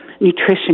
nutrition